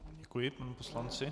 Děkuji panu poslanci.